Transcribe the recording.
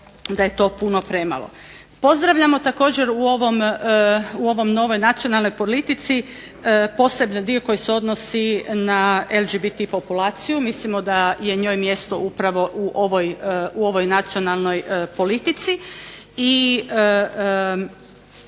da je to puno premalo. Pozdravljamo također u ovoj novoj nacionalnoj politici posebni dio koji se odnosi na LGBT populaciju. Mislimo da je njoj mjesto upravo u ovoj nacionalnoj politici.